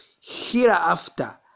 hereafter